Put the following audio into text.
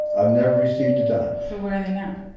ah never received a dime so where are they now?